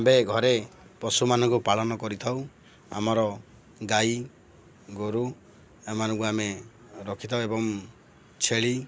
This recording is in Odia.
ଆମ୍ବେ ଘରେ ପଶୁମାନଙ୍କୁ ପାଳନ କରିଥାଉ ଆମର ଗାଈ ଗୋରୁ ଏମାନଙ୍କୁ ଆମେ ରଖିଥାଉ ଏବଂ ଛେଳି